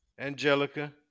Angelica